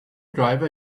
driver